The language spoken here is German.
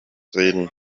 reden